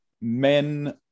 men